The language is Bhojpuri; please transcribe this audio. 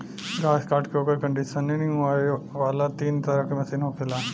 घास काट के ओकर कंडीशनिंग करे वाला तीन तरह के मशीन होखेला